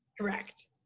Correct